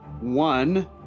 one